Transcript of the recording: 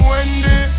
Wendy